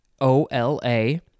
O-L-A